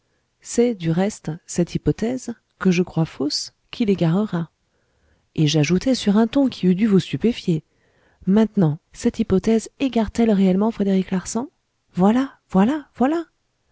c'est du reste cette hypothèse que je crois fausse qui l'égarera et j'ajoutais sur un ton qui eût dû vous stupéfier maintenant cette hypothèse égare t elle réellement frédéric larsan voilà voilà voilà